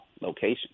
location